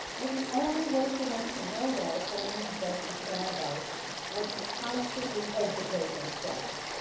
well the only way for them to know that according to justice brandeis was to constantly educate themselves,